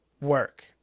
work